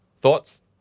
Thoughts